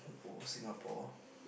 old Singapore